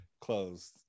Closed